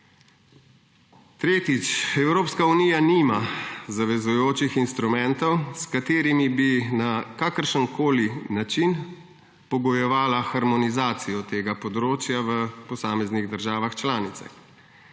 Tretjič. Evropska unija nima zavezujočih instrumentov, s katerimi bi na kakršenkoli način pogojevala harmonizacijo tega področja v posameznih državah članicah.